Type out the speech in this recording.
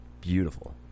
beautiful